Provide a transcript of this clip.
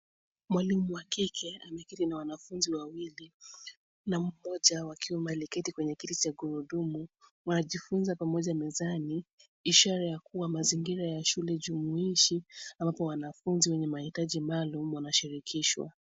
Mwalimu wa kike ameketi na wanafunzi wawili na mmoja wa kiume aliyeketi kwenye kiti cha magurudumu. Wanajifunza pamoja mezani, ishara ya kuwa mazingira ya shule jumuishi ambapo wanafunzi wenye mahitaji maalum wanashirikishwa.